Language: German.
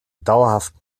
dauerhaften